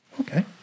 Okay